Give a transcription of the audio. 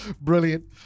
Brilliant